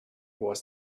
was